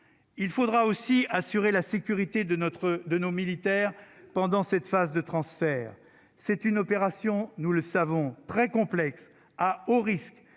il faudra aussi assurer la sécurité de notre de nos militaires pendant cette phase de transfert, c'est une opération, nous le savons très complexe à haut risque